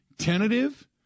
tentative